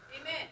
Amen